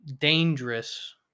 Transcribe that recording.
dangerous